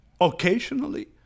occasionally